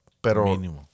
Pero